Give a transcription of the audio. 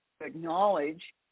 acknowledge